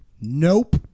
nope